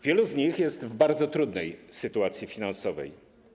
Wielu z nich jest w bardzo trudnej sytuacji finansowej.